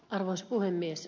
arvoisa puhemies